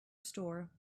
store